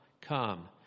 come